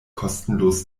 kostenlos